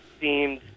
seemed